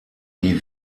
die